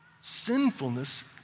sinfulness